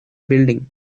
building